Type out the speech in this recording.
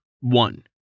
one